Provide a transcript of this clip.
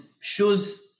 shows